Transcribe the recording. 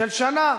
של שנה.